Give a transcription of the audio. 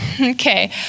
okay